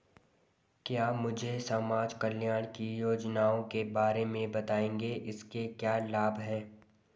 क्या मुझे समाज कल्याण की योजनाओं के बारे में बताएँगे इसके क्या लाभ हैं?